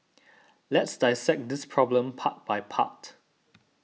let's dissect this problem part by part